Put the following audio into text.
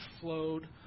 flowed